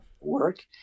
work